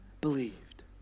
believed